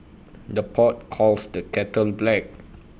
the pot calls the kettle black